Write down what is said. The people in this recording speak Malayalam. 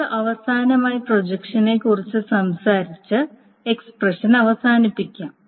നമുക്ക് അവസാനമായി പ്രൊജക്ഷനെ കുറിച്ച് സംസാരിച്ച് എക്സ്പ്രഷൻ അവസാനിപ്പിക്കാം